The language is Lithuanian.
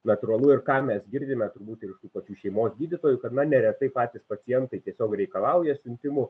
natūralu ir ką mes girdime turbūt ir iš tų pačių šeimos gydytojų kad na neretai patys pacientai tiesiog reikalauja siuntimu